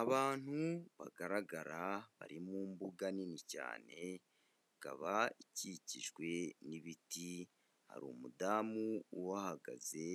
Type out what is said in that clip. Abantu bagaragara bari mu mbuga nini cyane, ikaba ikikijwe n'ibiti, hari umudamu uhagaze